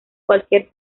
cualquier